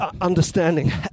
understanding